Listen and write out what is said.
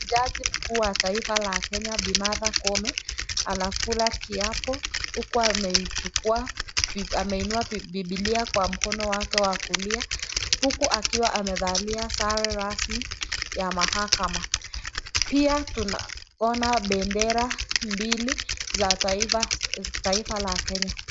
Jaji mkuu wa taifa la Kenya Bii Martha Koome, anakula kiapo huku ameinua bibilia kwa mkono wake wa kulia huku akiwa amevalia sare rasmi ya mahakama. Pia tunaona bendera mbili ya taifa la Kenya.